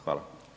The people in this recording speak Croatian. Hvala.